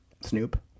Snoop